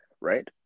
right